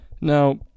Now